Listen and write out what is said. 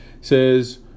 says